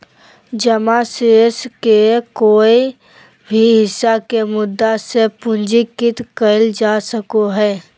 जमा शेष के कोय भी हिस्सा के मुद्दा से पूंजीकृत कइल जा सको हइ